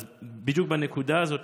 בדיוק בנקודה הזאת,